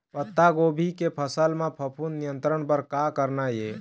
पत्तागोभी के फसल म फफूंद नियंत्रण बर का करना ये?